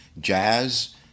jazz